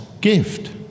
gift